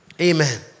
Amen